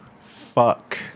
Fuck